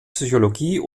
psychologie